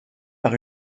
par